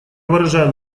выражаю